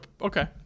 Okay